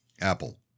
Apple